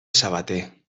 sabater